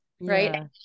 right